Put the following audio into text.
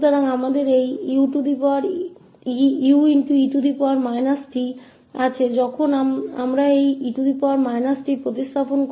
तो हमारे पास यह ue t है इसलिए जब हम इस प्रतिस्थापित करते हैं e t को तो यह un होगा